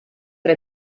tra